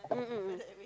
mm mm mm